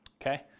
Okay